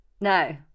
No